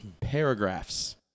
paragraphs